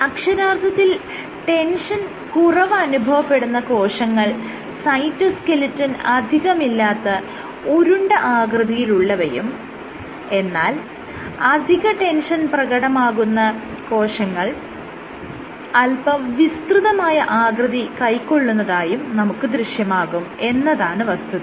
അക്ഷരാർത്ഥത്തിൽ ടെൻഷൻ കുറവ് അനുഭവപ്പെടുന്ന കോശങ്ങൾ സൈറ്റോസ്കെലിറ്റൻ അധികമില്ലാതെ ഉരുണ്ട ആകൃതിയിൽ ഉള്ളവയും എന്നാൽ അധിക ടെൻഷൻ പ്രകടമാകുന്ന കോശങ്ങൾ അല്പം വിസ്തൃതമായ ആകൃതി കൈകൊള്ളുന്നതായും നമുക്ക് ദൃശ്യമാകും എന്നതാണ് വസ്തുത